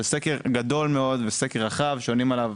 זה סקר גדול מאוד ורחב, שעונים עליו